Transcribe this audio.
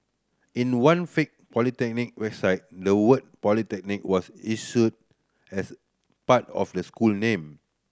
in one fake polytechnic website the word Polytechnic was issue as part of the school name